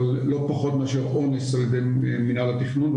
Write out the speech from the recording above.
אבל לא פחות מאשר אונס על ידי מינהל התכנון,